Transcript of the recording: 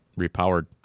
repowered